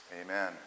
amen